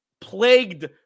plagued